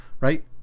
right